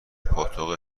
پاتوق